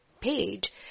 page